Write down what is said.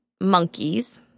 monkeys